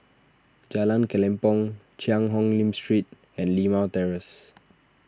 Jalan Kelempong Cheang Hong Lim Street and Limau Terrace